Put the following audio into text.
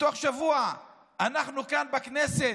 שתוך שבוע אנחנו כאן בכנסת,